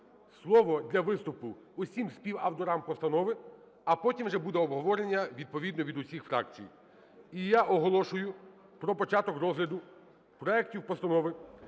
слово для виступу усім співавторам постанови, а потім буде вже обговорення відповідно від усіх фракцій. І я оголошую про початок розгляду проектів Постанови